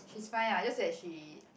she's fine lah just that she